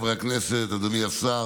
היושב-ראש, חבריי חברי הכנסת, אדוני השר,